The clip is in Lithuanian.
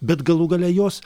bet galų gale jos